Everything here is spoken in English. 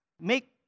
make